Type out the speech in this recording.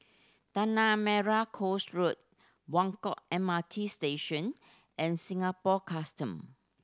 Tanah Merah Coast Road Buangkok M R T Station and Singapore Custom